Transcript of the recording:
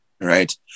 right